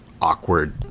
awkward